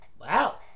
Wow